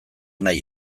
nahi